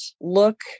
look